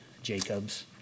jacob's